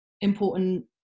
important